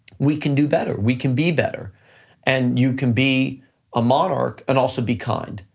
we can do better, we can be better and you can be a monarch and also be kind.